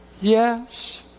Yes